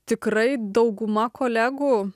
tikrai dauguma kolegų